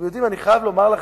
אני חייב לומר לכם,